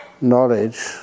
knowledge